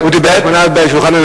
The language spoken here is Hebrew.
הוא דיבר על השמנה בשולחן הממשלה.